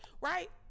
right